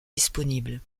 disponibles